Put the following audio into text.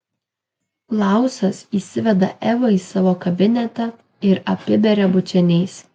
klausas įsiveda evą į savo kabinetą ir apiberia bučiniais